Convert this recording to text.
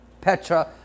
petra